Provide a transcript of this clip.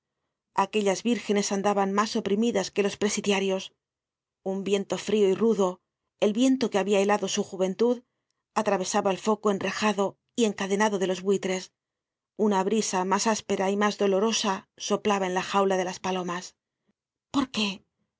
aquellas vírgenes andaban mas oprimidas que los presidiarios un viento frio y rudo el viento que habia helado su juventud atravesaba el foco enrejado y encadenado de los buitres una brisa mas áspera y mas dolorosa soplaba en la jaula de las palomas por qué